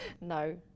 No